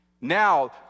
now